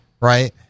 right